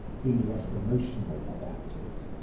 be less emotional about it,